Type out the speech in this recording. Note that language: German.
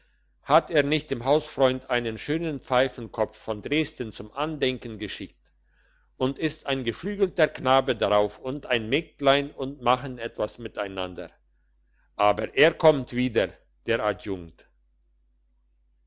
hat er nicht dem hausfreund einen schönen pfeifenkopf von dresden zum andenken geschickt und ist ein geflügelter knabe darauf und ein mägdlein und machen etwas miteinander aber er kommt wieder der